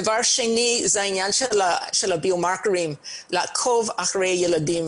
הדבר השני הוא לעקוב אחרי ילדים.